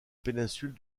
péninsule